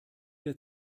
der